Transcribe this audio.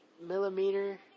millimeter